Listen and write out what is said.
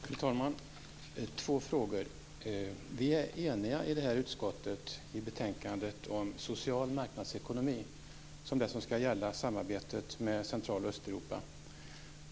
Fru talman! Jag har två frågor. Vi i det här utskottet är eniga i betänkandet om att social marknadsekonomi skall gälla i samarbetet med Central och Östeuropa.